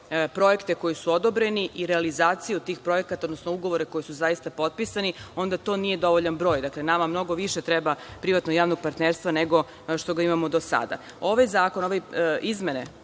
projekte koji su odobreni i realizaciju tih projekata, odnosno ugovora koji su zaista potpisani, onda to nije dovoljan broj. Dakle, nama mnogo više treba privatno-javnog partnerstva, nego što ga imamo do sada. Ovaj zakon, izmene